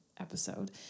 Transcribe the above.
episode